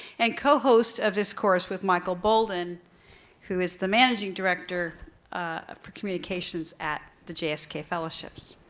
and cohost of this course with michael bolden who is the managing director ah for communications at the jsk fellowships.